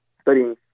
studying